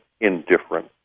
indifferent